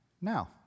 now